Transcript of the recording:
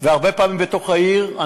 והרבה פעמים בתוך העיר.